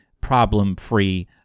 problem-free